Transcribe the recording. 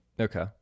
Okay